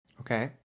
Okay